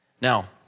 Now